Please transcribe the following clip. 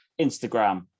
Instagram